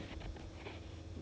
okay okay